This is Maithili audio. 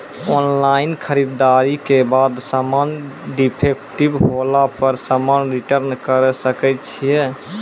ऑनलाइन खरीददारी के बाद समान डिफेक्टिव होला पर समान रिटर्न्स करे सकय छियै?